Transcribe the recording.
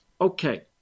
Okay